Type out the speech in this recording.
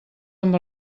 amb